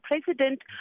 president